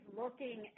looking